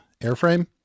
airframe